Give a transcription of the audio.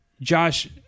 Josh